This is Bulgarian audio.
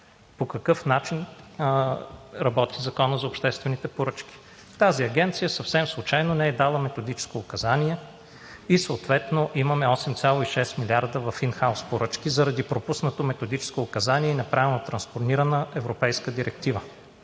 по какъв начин работи Законът за обществените поръчки. Тази агенция съвсем случайно не е дала методическо указание и съответно имаме 8,6 милиарда в ин хаус поръчки заради пропуснато методическо указание и неправилно транспонирана европейска Директива,